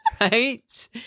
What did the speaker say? Right